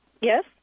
Yes